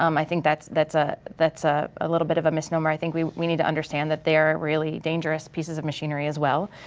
um i think that's that's ah ah a little bit of a misnomer. i think we we need to understand that they are really dangerous pieces of machinery as well.